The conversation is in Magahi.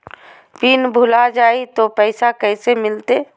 पिन भूला जाई तो पैसा कैसे मिलते?